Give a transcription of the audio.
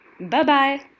Bye-bye